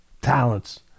talents